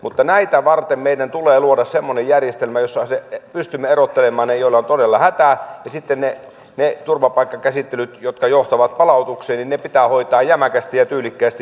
mutta näitä varten meidän tulee luoda semmoinen järjestelmä jossa pystymme erottelemaan ne joilla on todella hätä ja sitten ne turvapaikkakäsittelyt jotka johtavat palautuksiin pitää hoitaa jämäkästi ja tyylikkäästi